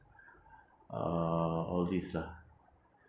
uh all these lah